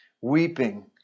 weeping